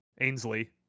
Ainsley